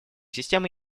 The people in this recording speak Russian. системы